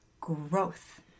growth